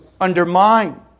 undermine